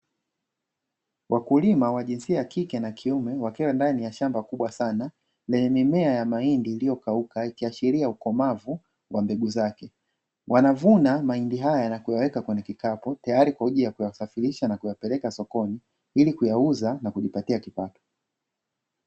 Wakulima wa jinsia ya kike na kiume wakiwa ndani ya shamba kubwa sana, lenye mimea ya mahindi iliyokauka akiashiria ukomavu wa mbegu zake, wanavuna mahindi haya na kuyaweka kwenye kikapu, tayari kwa ajili ya kuyasafirisha na kuyapeleka sokoni, ili kuyauza na kujipatia kipato.